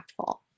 impactful